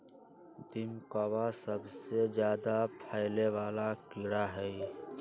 दीमकवा सबसे ज्यादा फैले वाला कीड़ा हई